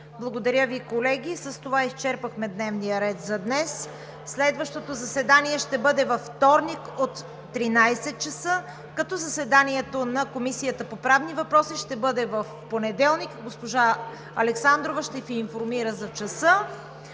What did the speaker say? Благодаря Ви, колеги. С това изчерпахме дневния ред за днес. Следващото заседание ще бъде във вторник от 13,00 ч., като заседанието на Комисията по правни въпроси ще бъде в понеделник. Госпожа Александрова ще Ви информира за часа,